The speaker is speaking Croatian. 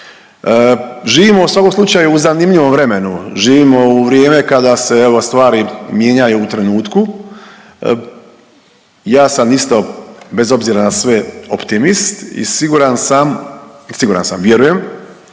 Živimo u svakom slučaju u zanimljivom vremenu, živimo u vrijeme kada se evo stvari mijenjaju u trenutku. Ja sam isto bez obzira na sve optimist i siguran sam, siguran sam vjerujem